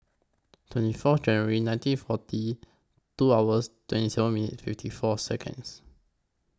twenty Fourth January nineteen forty two hours twenty seven minutes fifty four Seconds